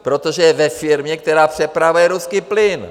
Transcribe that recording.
Protože je ve firmě, která přepravuje ruský plyn!